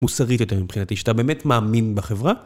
מוסרית יותר מבחינתי, שאתה באמת מאמין בחברה.